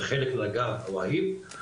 בחלק נגע והיד.